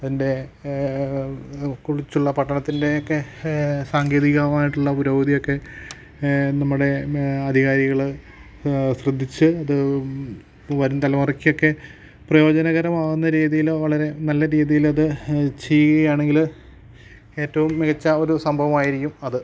അതിൻ്റെ കുറിച്ചുള്ള പഠനത്തിൻ്റെ ഒക്കെ സാങ്കേതികവമായിട്ടുള്ള പുരോഗതിയൊക്കെ നമ്മുടെ അധികാരികള് ശ്രദ്ധിച്ച് അത് വരും തലമുറയ്ക്കൊക്കെ പ്രയോജനകരമാകുന്ന രീതിയില് വളരെ നല്ല രീതിയിലത് ചെയ്യുകയാണെങ്കില് ഏറ്റവും മികച്ച ഒരു സംഭവമായിരിക്കും അത്